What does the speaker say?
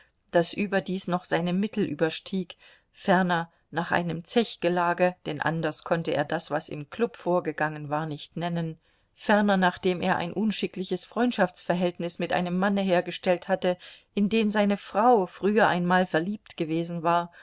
das überdies noch seine mittel überstieg ferner nach einem zechgelage denn anders konnte er das was im klub vorgegangen war nicht nennen ferner nachdem er ein unschickliches freundschaftsverhältnis mit einem manne hergestellt hatte in den seine frau früher einmal verliebt gewesen war